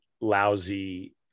lousy